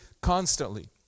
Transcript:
constantly